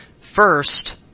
First